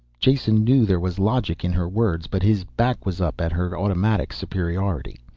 jason knew there was logic in her words, but his back was up at her automatic superiority.